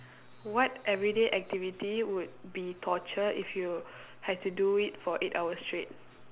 what everyday activity would be torture if you had to do it for eight hours straight